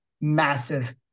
massive